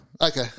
Okay